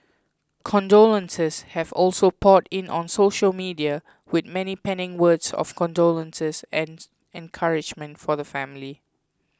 condolences have also poured in on social media with many penning words of condolences and encouragement for the family